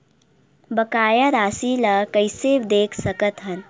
बकाया राशि ला कइसे देख सकत हान?